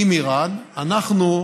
עם איראן, אנחנו,